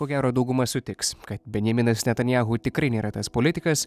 ko gero dauguma sutiks kad benjaminas netanijahu tikrai nėra tas politikas